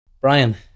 Brian